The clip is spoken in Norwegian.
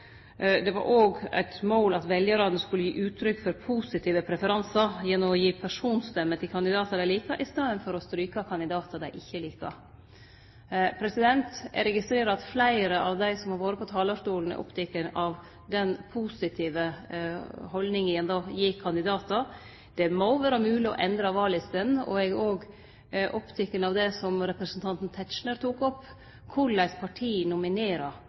Det var òg eit mål at veljarane skulle gi uttrykk for positive preferansar gjennom å gi personstemmer til kandidatar dei likar i staden for å stryke kandidatar dei ikkje likar. Eg registrerer at fleire av dei som har vore på talarstolen, er opptekne av den positive holdninga ein då gir kandidatar. Det må vere mogleg å endre vallistene. Eg er òg oppteken av det som representanten Tetzschner tok opp: korleis parti nominerer.